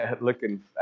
looking